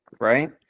right